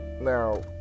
now